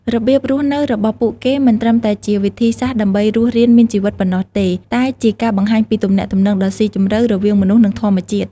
របៀបរស់នៅរបស់ពួកគេមិនត្រឹមតែជាវិធីសាស្រ្តដើម្បីរស់រានមានជីវិតប៉ុណ្ណោះទេ តែជាការបង្ហាញពីទំនាក់ទំនងដ៏ស៊ីជម្រៅរវាងមនុស្ស និងធម្មជាតិ។